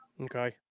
Okay